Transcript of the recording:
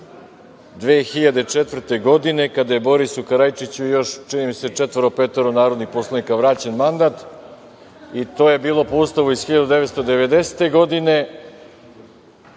2004. godine kada je Borisu Karaičiću i još četvoro, petoro narodnih poslanika vraćen mandat, i to je bilo po Ustavu iz 1990. godine,